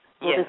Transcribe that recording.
yes